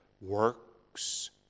works